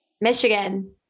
Michigan